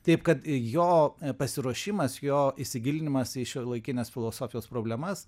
taip kad jo pasiruošimas jo įsigilinimas į šiuolaikinės filosofijos problemas